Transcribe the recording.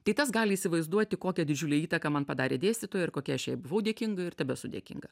tai tas gali įsivaizduoti kokią didžiulę įtaką man padarė dėstytoja ir kokia aš jai buvau dėkinga ir tebesu dėkinga